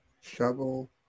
shovel